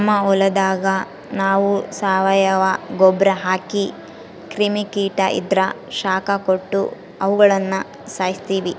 ನಮ್ ಹೊಲದಾಗ ನಾವು ಸಾವಯವ ಗೊಬ್ರ ಹಾಕಿ ಕ್ರಿಮಿ ಕೀಟ ಇದ್ರ ಶಾಖ ಕೊಟ್ಟು ಅವುಗುಳನ ಸಾಯಿಸ್ತೀವಿ